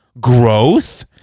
growth